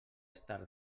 estat